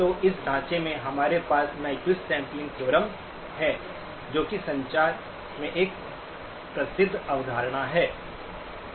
तो इस ढांचे में हमारे पास न्यक्विस्ट सैंपलिंग थ्योरम है जी की संचार में एक प्रसिद्ध अवधारणा है